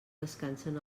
descansen